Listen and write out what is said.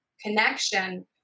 connection